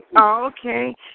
Okay